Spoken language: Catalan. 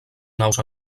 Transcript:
naus